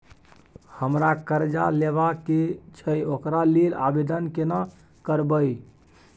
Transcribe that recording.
हमरा कर्जा लेबा के छै ओकरा लेल आवेदन केना करबै?